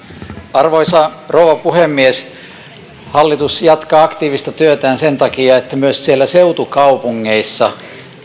arvoisa rouva puhemies hallitus jatkaa aktiivista työtään sen takia että myös siellä seutukaupungeissa